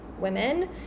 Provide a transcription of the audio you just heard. women